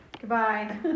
Goodbye